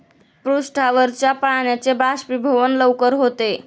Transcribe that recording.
पृष्ठावरच्या पाण्याचे बाष्पीभवन लवकर होते